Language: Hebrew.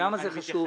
למה זה חשוב?